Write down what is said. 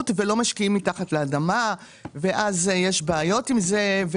ולא משקיעים מתחת לאדמה ואז יש בעיות עם זה.